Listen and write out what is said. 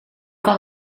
kan